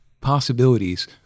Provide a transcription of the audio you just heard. possibilities